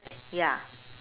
ya